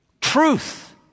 truth